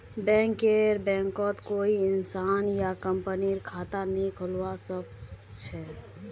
बैंकरेर बैंकत कोई इंसान या कंपनीर खता नइ खुलवा स ख छ